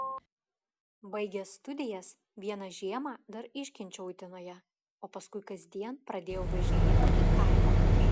baigęs studijas vieną žiemą dar iškenčiau utenoje o paskui kasdien pradėjau važinėti į kaimą